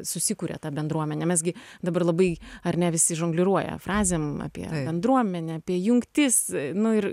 susikuria ta bendruomenė mes gi dabar labai ar ne visi žongliruoja frazėm apie bendruomenę apie jungtis nu ir